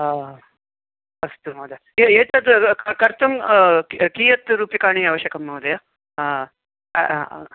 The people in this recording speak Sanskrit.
अस्तु महोदय एतत् कर्तुं कियत् रूप्यकाणि आवश्यकं महोदय